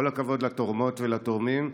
כל הכבוד לתורמות ולתורמים.